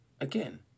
again